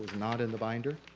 not in the binder.